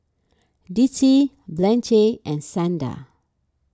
Dicie Blanche and Xander